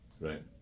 right